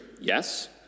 yes